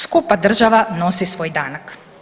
Skupa država nosi svoj danak.